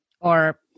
Or-